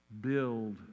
build